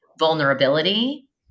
vulnerability